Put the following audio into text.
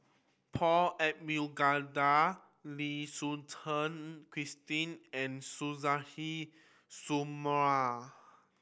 Paul Abisheganaden Lim Suchen Christine and Suzairhe Sumari